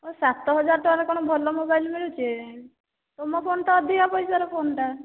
ଏ ସାତ ହଜାର ଟଙ୍କାରେ କ'ଣ ଭଲ ମୋବାଇଲ ମିଳୁଛି ତୁମ ଫୋନ ତ ଅଧିକା ପଇସାରେ ଫୋନଟା